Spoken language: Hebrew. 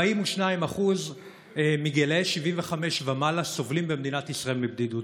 42% מבני ה-75 ומעלה במדינת ישראל סובלים מבדידות.